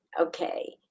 Okay